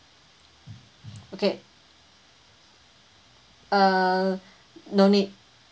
okay err no need